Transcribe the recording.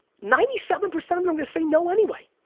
ninety seven percent of them just say no anyway.